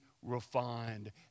refined